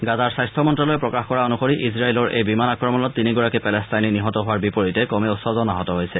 গাজাৰ স্বাস্থ্য মন্তালয়ে প্ৰকাশ কৰা অনুসৰি ইজৰাইলৰ এই বিমান আক্ৰমণত তিনিগৰাকী পেলেষ্টাইনী নিহত হোৱাৰ বিপৰীতে কমেও ছজন আহত হৈছে